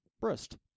breast